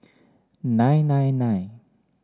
nine nine nine